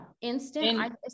Instant